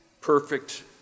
perfect